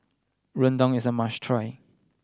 rendang is a must try